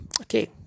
okay